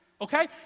okay